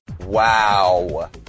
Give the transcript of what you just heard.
Wow